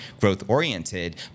growth-oriented